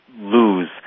lose